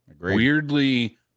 weirdly